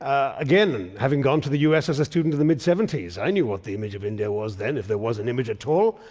ah again, having gone to the u s. as a student in the mid seventy s, i knew what the image of india was then, if there was an image at all.